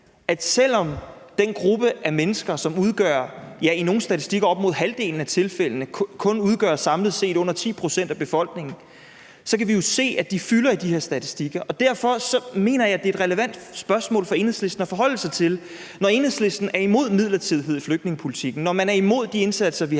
Og selv om den gruppe af mennesker, som i nogle statistikker udgør op mod halvdelen af tilfældene, samlet set kun udgør under 10 pct. af befolkningen, kan vi jo se i tallene, at de fylder i de her statistikker. Derfor mener jeg, det er et relevant spørgsmål for Enhedslisten at forholde sig til. Når Enhedslisten er imod midlertidighed i flygtningepolitikken, og når man er imod de indsatser, vi har